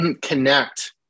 connect